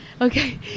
okay